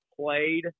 played